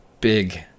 big